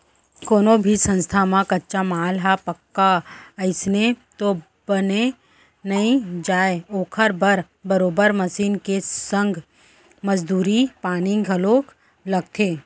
कोनो भी संस्था म कच्चा माल ह पक्का अइसने तो बन नइ जाय ओखर बर बरोबर मसीन के संग मजदूरी पानी घलोक लगथे